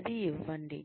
అది ఇవ్వండి